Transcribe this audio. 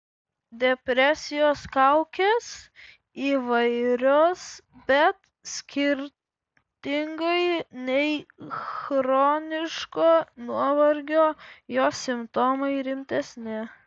depresijos kaukės įvairios bet skirtingai nei chroniško nuovargio jos simptomai rimtesni